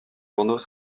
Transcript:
journaux